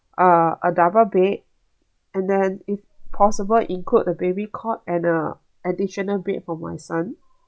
uh a double bed and then if possible include the baby cot and a additional bed for my son